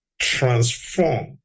transform